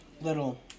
little